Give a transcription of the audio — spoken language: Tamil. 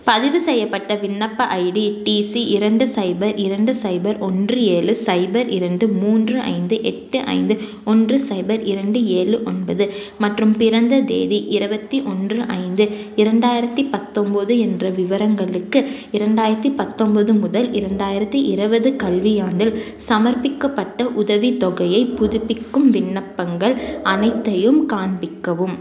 பதிவுசெய்யப்பட்ட விண்ணப்ப ஐடி டிசி இரண்டு சைபர் இரண்டு சைபர் ஒன்று ஏழு சைபர் இரண்டு மூன்று ஐந்து எட்டு ஐந்து ஒன்று சைபர் இரண்டு ஏழு ஒன்பது மற்றும் பிறந்த தேதி இருபத்தி ஒன்று ஐந்து இரண்டாயிரத்தி பத்தொன்போது என்ற விவரங்களுக்கு இரண்டாயிரத்தி பத்தொன்போது முதல் இரண்டாயிரத்தி இருபது கல்வியாண்டில் சமர்ப்பிக்கப்பட்ட உதவித்தொகையை புதுப்பிக்கும் விண்ணப்பங்கள் அனைத்தையும் காண்பிக்கவும்